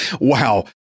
Wow